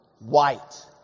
white